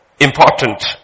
important